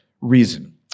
reason